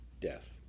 death